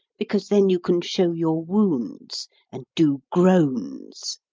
because then you can show your wounds and do groans.